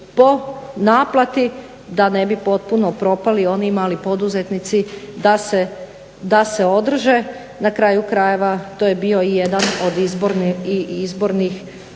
po naplati da ne bi potpuno propali i oni mali poduzetnici da se održe. Na kraju krajeva to je bio i jedan od izbornih,